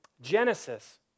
Genesis